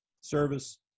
service